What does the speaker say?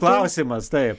klausimas taip